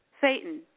Satan